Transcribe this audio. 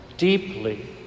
Deeply